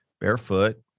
Barefoot